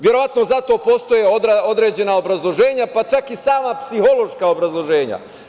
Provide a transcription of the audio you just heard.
Verovatno zato postoje određena obrazloženja, pa čak i sama psihološka obrazloženja.